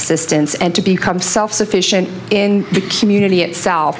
assistance and to become self sufficient in the community itself